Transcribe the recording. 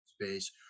space